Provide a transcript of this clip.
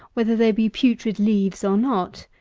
whether there be putrid leaves or not.